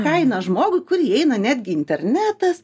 kaina žmogui kur įeina netgi internetas